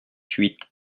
huit